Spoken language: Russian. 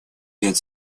ряд